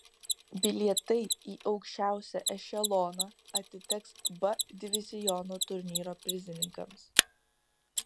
bilietai į aukščiausią ešeloną atiteks b diviziono turnyro prizininkams